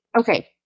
okay